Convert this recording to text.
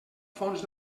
fons